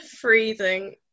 freezing